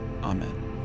Amen